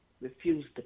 refused